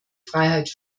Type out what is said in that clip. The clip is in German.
freiheit